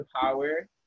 power